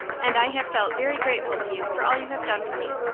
and i have felt very grateful to you for all you have done for me.